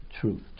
truth